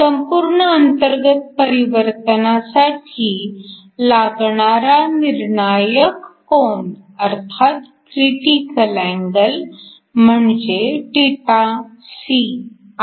संपूर्ण अंतर्गत परिवर्तनासाठी लागणारा निर्णायक कोन अर्थात क्रिटिकल अँगल म्हणजे θc आहे